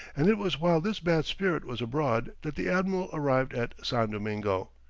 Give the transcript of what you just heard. and it was while this bad spirit was abroad that the admiral arrived at san domingo.